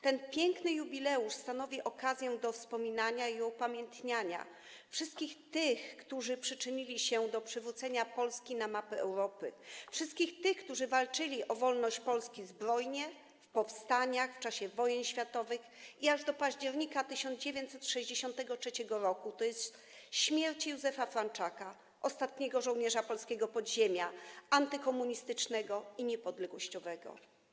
Ten piękny jubileusz stanowi okazję do wspominania i upamiętniania wszystkich tych, którzy przyczynili się do przywrócenia Polski na mapę Europy, wszystkich tych, którzy walczyli o wolność Polski zbrojnie w powstaniach, w czasie wojen światowych i aż do października 1963 r., tj. do śmierci Józefa Franczaka, ostatniego żołnierza polskiego podziemia antykomunistycznego i niepodległościowego.